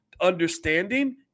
understanding